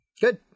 good